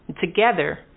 together